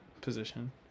position